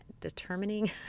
determining